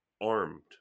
armed